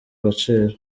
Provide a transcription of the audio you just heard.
agaciro